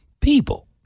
people